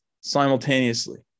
simultaneously